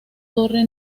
torre